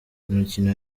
imikino